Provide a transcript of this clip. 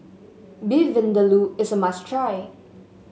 Beef Vindaloo is a must try